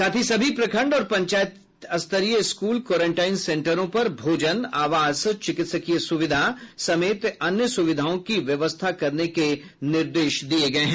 साथ ही सभी प्रखंड और पंचायत स्तरीय स्कूल क्वारेंटाइन सेन्टरों पर भोजन आवास चिकित्सीय सुविधा समेत अन्य सुविधाओं की व्यवस्था का निर्देश दिया गया है